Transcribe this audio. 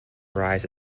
rise